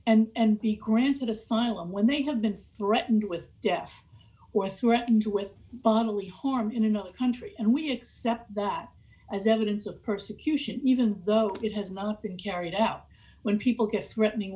and be granted asylum when they have been threatened with death who are threatened with bodily harm in another country and we accept that as evidence of persecution even though it has not been carried out when people get threatening